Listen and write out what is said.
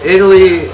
Italy